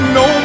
no